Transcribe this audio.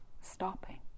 stopping